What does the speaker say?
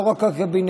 לא רק הקבינט,